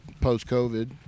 post-covid